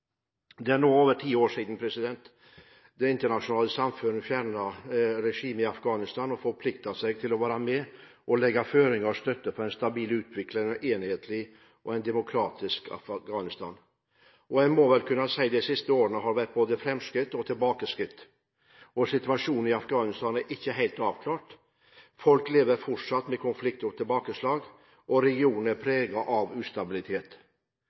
Det er nå over ti år siden det internasjonale samfunnet fjernet regimet i Afghanistan og forpliktet seg til å være med og legge føringer for og støtte en stabil utvikling og et enhetlig og demokratisk Afghanistan. Man må vel kunne si at det i disse årene har vært både framskritt og tilbakeskritt. Situasjonen i Afghanistan er ikke helt avklart. Folk lever fortsatt med konflikt og tilbakeslag, og regionen er preget av ustabilitet.